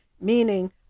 meaning